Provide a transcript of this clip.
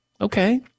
Okay